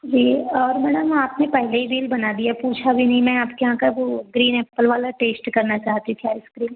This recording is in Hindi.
जी और मैडम आपने पहले ही बिल बना दिया पूछा भी नहीं मैं आपके यहाँ का वो ग्रीन एप्पल वाला टेस्ट करना चाहती थी आइसक्रीम